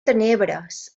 tenebres